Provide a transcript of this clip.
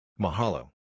Mahalo